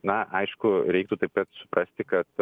na aišku reiktų taip pat suprasti kad